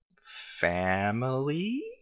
family